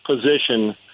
position